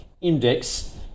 Index